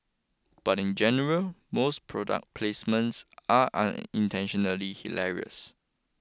but in general most product placements are unintentionally hilarious